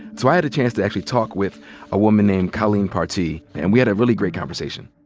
so i had a chance to actually talk with a woman named collyne partee. and we had a really great conversation.